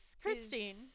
Christine